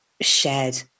shared